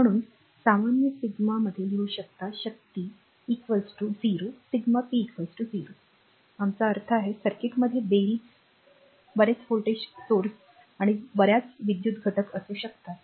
म्हणून सामान्य सिग्मामध्ये लिहू शकता शक्ती 0 σp 0 आमचा अर्थ आहे सर्किटमध्ये बरेच व्होल्टेज स्रोत आणि बर्याच विद्युत घटक असू शकतात